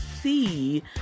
see